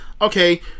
okay